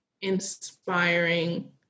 inspiring